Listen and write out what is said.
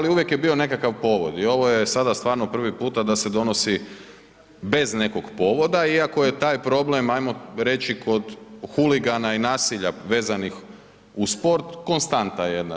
Ali uvijek je bio nekakav povod i ovo je sada stvarno prvi puta da se donosi bez nekog povoda, iako je taj problem, hajmo reći kod huligana i nasilja vezanih uz sport, konstanta jedna.